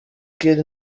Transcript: kid